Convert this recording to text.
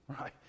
right